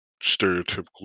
stereotypical